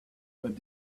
but